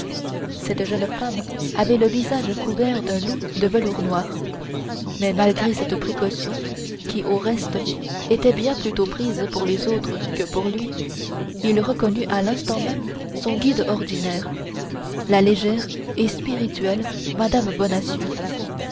cette jeune femme avait le visage couvert d'un loup de velours noir mais malgré cette précaution qui au reste était bien plutôt prise pour les autres que pour lui il reconnut à l'instant même son guide ordinaire la légère et spirituelle mme bonacieux